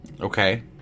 Okay